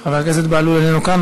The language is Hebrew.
חבר הכנסת בהלול איננו כאן.